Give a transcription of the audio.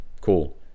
Cool